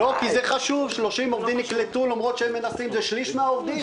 זה שליש מן העובדים.